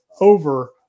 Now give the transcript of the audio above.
over